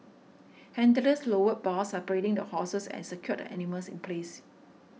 handlers lowered bars separating the horses and secured the animals in place